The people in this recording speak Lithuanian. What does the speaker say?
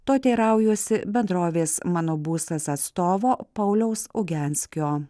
to teiraujuosi bendrovės mano būstas atstovo pauliaus ugianskio